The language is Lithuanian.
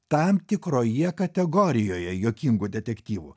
tam tikroje kategorijoje juokingų detektyvų